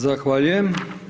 Zahvaljujem.